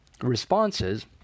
responses